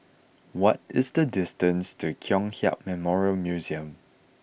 what is the distance to Kong Hiap Memorial Museum